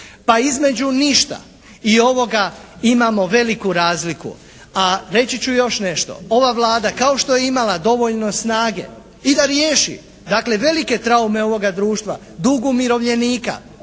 Pa između ništa i ovoga imamo veliku razliku, a reći ću još nešto ova Vlada kao što je imala dovoljno snage i da riješi, dakle velike traume ovoga društva, dug umirovljenika,